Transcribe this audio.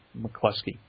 McCluskey